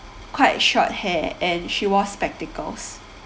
quite short hair and she was spectacles